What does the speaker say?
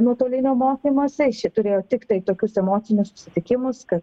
nuotolinio mokymosi ši turėjo tiktai tokius emocinius susitikimus kad